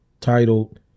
titled